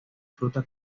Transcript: fruta